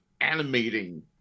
animating